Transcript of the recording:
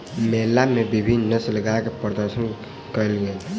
मेला मे विभिन्न नस्लक गाय के प्रदर्शन कयल गेल